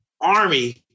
Army